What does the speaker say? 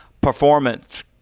performance